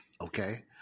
okay